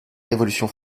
révolution